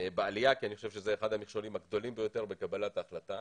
בעלייה כי אני חושב שזה אחד המכשולים הגדולים ביותר בקבלת ההחלטה.